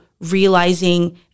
realizing